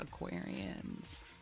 Aquarians